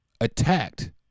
attacked